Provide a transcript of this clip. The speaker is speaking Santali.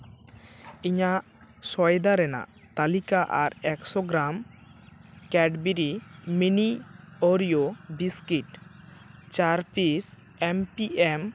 ᱤᱧᱟᱹᱜ ᱥᱚᱭᱫᱟ ᱨᱮᱱᱟᱜ ᱛᱟᱞᱤᱠᱟ ᱟᱨ ᱮᱠᱥᱚ gram Cadbury mini Oreo biscuit ᱪᱟᱨ ᱯᱤᱥ ᱮᱢ ᱯᱤ ᱮᱢ